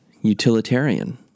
utilitarian